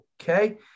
Okay